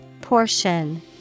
Portion